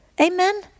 Amen